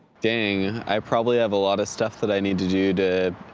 dang. i probably have a lot of stuff that i need to do to.